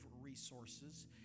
resources